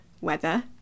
weather